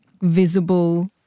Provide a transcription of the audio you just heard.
visible